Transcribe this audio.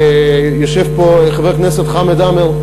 יושב פה חבר הכנסת חמד עמאר,